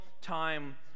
time